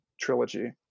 trilogy